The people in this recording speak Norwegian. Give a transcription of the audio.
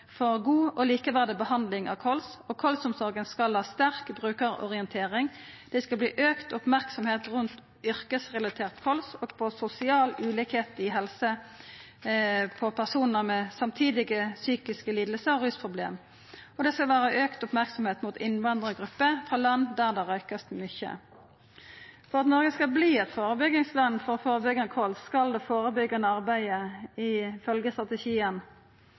god og likeverdig behandling av kols. Kols-omsorga skal ha sterk brukarorientering. Det skal verta auka merksemd rundt yrkesrelatert kols og på sosial ulikskap i helse for personar med samtidige psykiske lidingar og rusproblem. Og det skal vera auka merksemd mot innvandrargrupper frå land der det vert røykt mykje. For at Noreg skal verta eit førebyggingsland når det gjeld kols, skal det førebyggjande arbeidet ifølgje strategien